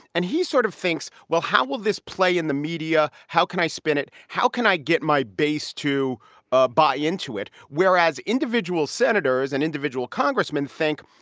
and he sort of thinks, well, how will this play in the media? how can i spin it? how can i get my base to ah buy into it? whereas individual senators and individual congressmen think,